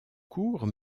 courts